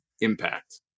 Impact